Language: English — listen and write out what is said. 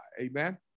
amen